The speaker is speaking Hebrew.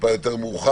טיפה יותר מאוחר,